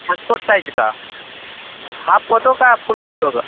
passport size का half photo का full photo का